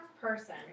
person